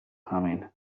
coming